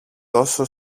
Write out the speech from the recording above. τόσο